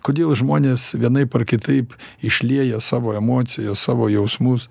kodėl žmonės vienaip ar kitaip išlieja savo emocijas savo jausmus